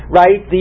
right